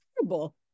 terrible